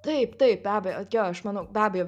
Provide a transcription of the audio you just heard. taip taip be abejo jo aš manau be abejo